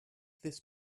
this